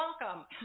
welcome